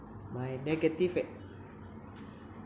my negative ex~